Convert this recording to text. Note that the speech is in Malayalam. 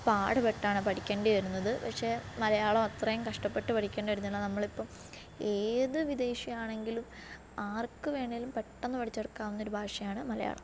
പാടുപെട്ടാണ് പഠിക്കേണ്ടി വരുന്നത് പക്ഷെ മലയാളം അത്രയും കഷ്ടപ്പെട്ട് പഠിക്കേണ്ടി വരുന്നില്ല നമ്മളിപ്പം ഏത് വിദേശിയാണെങ്കിലും ആർക്ക് വേണേലും പെട്ടെന്ന് പടിച്ചെടുക്കാവുന്ന ഒരു ഭാഷയാണ് മലയാളം